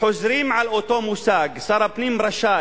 חוזרים על אותו מושג: "שר הפנים רשאי",